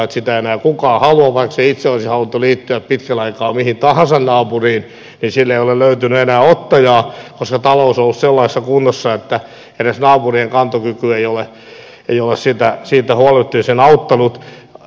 vaikka se itse olisi halunnut jo liittyä pitkän aikaa mihin tahansa naapuriin niin sille ei ole löytynyt enää ottajaa koska talous on ollut sellaisessa kunnossa että edes naapurien kantokyky ei ole siitä huolehtimiseen auttanut